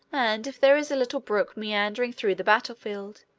and if there is a little brook meandering through the battle-field,